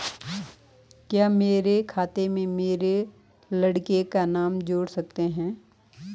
क्या मेरे खाते में मेरे लड़के का नाम जोड़ सकते हैं?